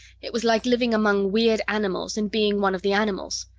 it was like living among weird animals, and being one of the animals.